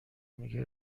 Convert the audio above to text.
میگه